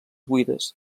buides